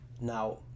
Now